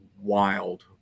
wild